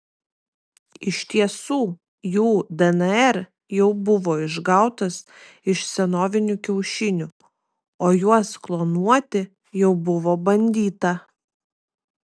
iš tiesų jų dnr jau buvo išgautas iš senovinių kiaušinių o juos klonuoti jau buvo bandyta